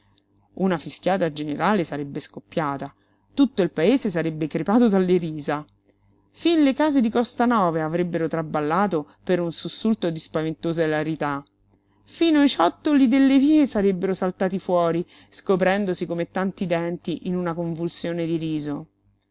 una fischiata generale sarebbe scoppiata tutto il paese sarebbe crepato dalle risa fin le case di costanova avrebbero traballato per un sussulto di spaventosa ilarità fino i ciottoli delle vie sarebbero saltati fuori scoprendosi come tanti denti in una convulsione di riso